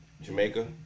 Jamaica